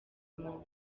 muntu